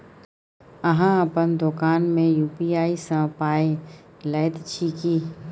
अहाँ अपन दोकान मे यू.पी.आई सँ पाय लैत छी की?